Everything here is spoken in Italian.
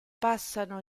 passano